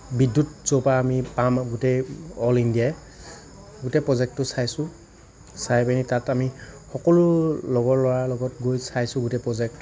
বিদ্যুত য'ৰ পৰা আমি পাওঁ গোটেই অল ইণ্ডিয়াই গোটেই প্ৰজেক্টটো চাইছোঁ চাই মেলি তাত আমি সকলো লগৰ ল'ৰাৰ লগত গৈ চাইছোঁ গোটেই প্ৰজেক্ট